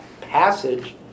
passage